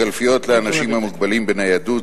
קלפיות לאנשים המוגבלים בניידות,